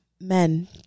Men